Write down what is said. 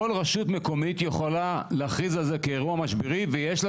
כול רשות מקומית יכולה להכריז על זה כאירוע משברי ויש לה